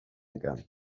again